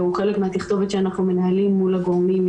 והוא חלק מהתכתובת שאנחנו מנהלים מול הגורמים.